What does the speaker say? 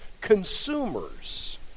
consumers